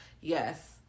Yes